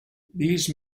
these